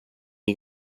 die